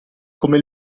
come